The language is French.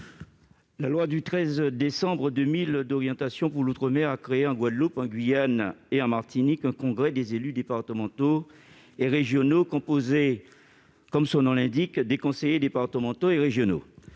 La loi du 13 décembre 2000 d'orientation pour l'outre-mer a créé, en Guadeloupe, en Guyane et en Martinique, un congrès des élus départementaux et régionaux, composé, comme son nom l'indique, des conseillers départementaux et régionaux.